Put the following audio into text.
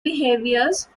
behaviors